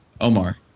Omar